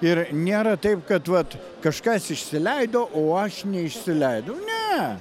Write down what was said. ir nėra taip kad vat kažkas išsileido o aš neišsileidau ne